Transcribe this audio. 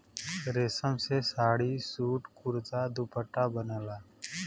रेशम से साड़ी, सूट, कुरता, दुपट्टा बनला